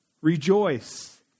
Rejoice